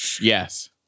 Yes